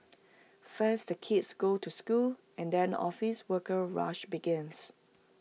first the kids go to school and then office worker rush begins